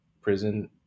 prison